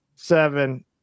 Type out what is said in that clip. Seven